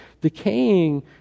decaying